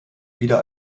wieder